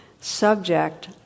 subject